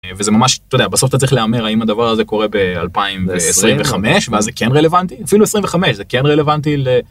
זה ממש, אתה יודע, בסוף אתה צריך להמר אם הדבר הזה קורה ב-2025 ואז זה כן רלוונטי, אפילו 25 זה כן רלוונטי.